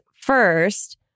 first